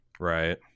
Right